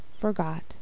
forgot